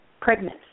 pregnant